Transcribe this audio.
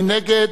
מי נגד?